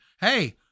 Hey